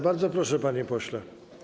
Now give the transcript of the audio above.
Bardzo proszę, panie pośle.